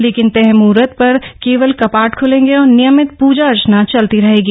लेकिन तय मुहर्त पर केवल कपाट खुलेंगे और नियमित प्रजाअर्चना चलती रहेगी